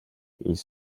ils